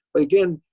but again,